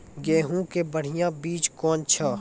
गेहूँ के बढ़िया बीज कौन छ?